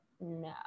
no